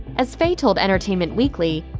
as fey told entertainment weekly,